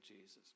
Jesus